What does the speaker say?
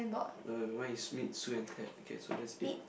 no mine is meet Su and Ted okay so that's eight